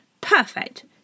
Perfect